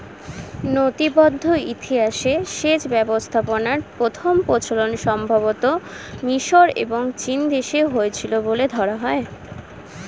নথিবদ্ধ ইতিহাসে সেচ ব্যবস্থাপনার প্রথম প্রচলন সম্ভবতঃ মিশর এবং চীনদেশে হয়েছিল বলে ধরা হয়